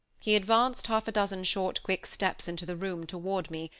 he advanced half-a-dozen short quick steps into the room toward me,